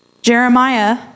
Jeremiah